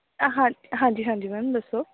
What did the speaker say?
ਹਾਂ ਹਾਂਜੀ ਹਾਂਜੀ ਮੈਮ ਦੱਸੋ